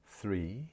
three